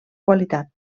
qualitat